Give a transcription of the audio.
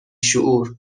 شعور